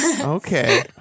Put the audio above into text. Okay